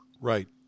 Right